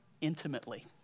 intimately